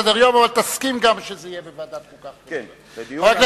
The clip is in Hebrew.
תסכים גם שזה יהיה בוועדת חוקה, חוק ומשפט.